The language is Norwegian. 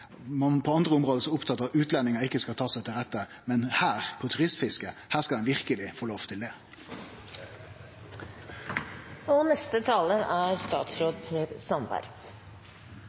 ein på andre område er så opptatt av at utlendingar ikkje skal ta seg til rette, kvifor ein verkeleg skal få lov til det når det gjeld turistfisket. Selv om jeg representerer Fremskrittspartiet, er